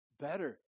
Better